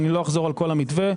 לא אחזור על המתווה.